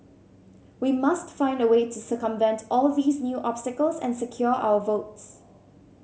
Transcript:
we must find a way to circumvent all these new obstacles and secure our votes